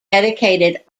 dedicated